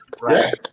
right